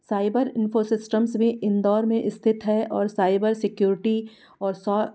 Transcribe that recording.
cyber infosystems भी इंदौर में स्थित है और साइबर सिक्योरिटी और सो